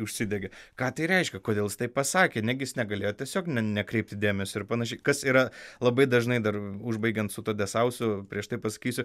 užsidegė ką tai reiškia kodėl jis taip pasakė negi jis negalėjo tiesiog nekreipti dėmesio ir panašiai kas yra labai dažnai dar užbaigiant su tuo desausu prieš tai pasakysiu